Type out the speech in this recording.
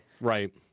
right